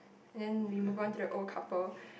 and then we move on to the old couple